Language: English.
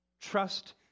trust